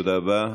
תודה רבה.